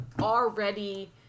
already